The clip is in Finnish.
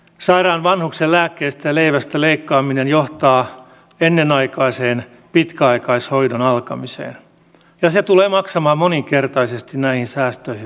sairaan vanhuksen lääkkeistä ja leivästä leikkaaminen johtaa ennenaikaiseen pitkäaikaishoidon alkamiseen ja se tulee maksamaan monikertaisesti näihin säästöihin verrattuna